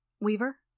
Weaver